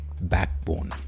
backbone